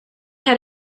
had